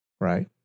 right